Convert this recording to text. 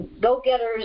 go-getters